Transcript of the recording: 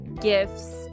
gifts